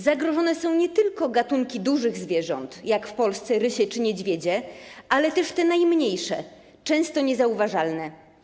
Zagrożone są nie tylko gatunki dużych zwierząt, jak w Polsce rysie czy niedźwiedzie, ale też te najmniejsze, często niezauważalne.